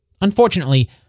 Unfortunately